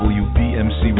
wbmc